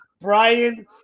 Brian